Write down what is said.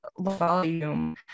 volume